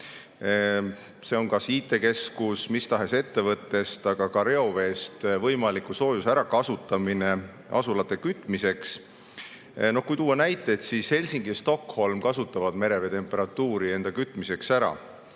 See on IT-keskus mis tahes ettevõtte, aga ka reovee võimaliku soojuse ärakasutamiseks asulate kütmiseks. Kui tuua näiteid, siis Helsingi ja Stockholm kasutavad merevee temperatuuri enda kütmiseks ära.